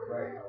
Right